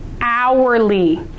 hourly